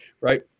right